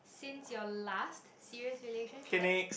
since your last serious relationship